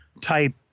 type